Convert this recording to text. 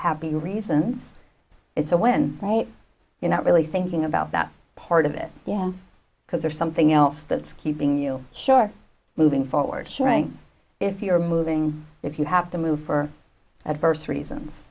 happy reasons it's a when right you're not really thinking about that part of it yeah because there's something else that's keeping you sure moving forward if you're moving if you have to move for adverse reasons